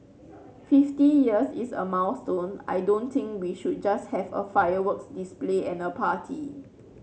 fifty years is a milestone I don't think we should just have a fireworks display and a party